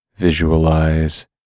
Visualize